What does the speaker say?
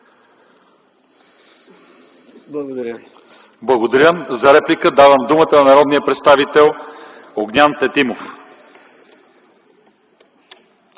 ИВАНОВ : Благодаря. За реплика давам думата на народния представител Огнян Тетимов.